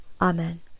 Amen